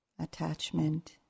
Attachment